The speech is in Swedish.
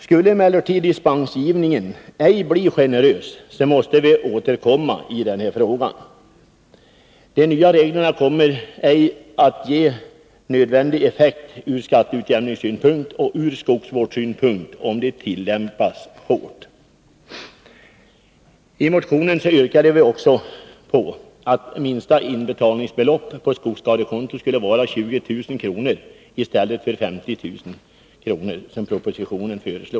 Skulle emellertid dispensgivningen ej bli generös, måste vi återkomma i frågan. De nya reglerna kommer ej att ge nödvändig effekt från skatteutjämningsoch skogsvårdssynpunkt, om de tillämpas hårt. I motionen yrkades också på att minsta inbetalningsbelopp på skogsskadekonto skulle vara 20000 kr. i stället för 50000 kr. som föreslås i propositionen.